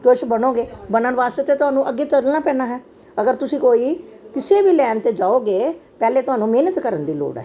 ਕੁਛ ਬਣੋਗੇ ਬਣਨ ਵਾਸਤੇ ਤੇ ਤੁਹਾਨੂੰ ਅੱਗੇ ਤੁਰਨਾ ਪੈਣਾ ਹੈ ਅਗਰ ਤੁਸੀਂ ਕੋਈ ਕਿਸੇ ਵੀ ਲਾਈਨ ਤੇ ਜਾਓਗੇ ਪਹਿਲੇ ਤੁਹਾਨੂੰ ਮਿਹਨਤ ਕਰਨ ਦੀ ਲੋੜ ਹੈ